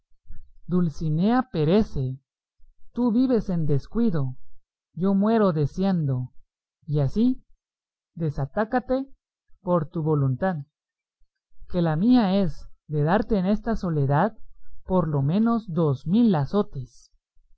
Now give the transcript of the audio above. dulcinea perece tú vives en descuido yo muero deseando y así desatácate por tu voluntad que la mía es de darte en esta soledad por lo menos dos mil azotes